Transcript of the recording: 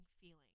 feeling